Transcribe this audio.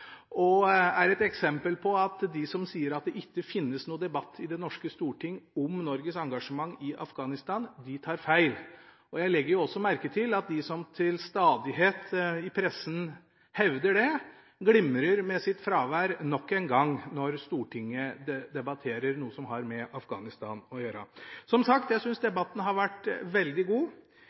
debatten er et eksempel på at de som sier at det ikke finnes noen debatt i det norske storting om Norges engasjement i Afghanistan, tar feil. Jeg legger også merke til at de som til stadighet hevder dette i pressen, nok en gang glimrer med sitt fravær når Stortinget debatterer noe som har med Afghanistan å gjøre. Som sagt syns jeg debatten har vært veldig god.